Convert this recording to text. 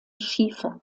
schiefer